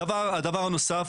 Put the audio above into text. דבר נוסף